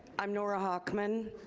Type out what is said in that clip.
i'm nora hochman.